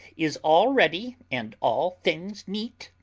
is all ready, and all things neat?